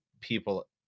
people